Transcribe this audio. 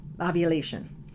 ovulation